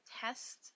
test